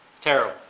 Terrible